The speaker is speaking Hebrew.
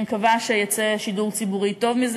אני מקווה שיצא מזה שידור ציבורי טוב,